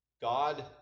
God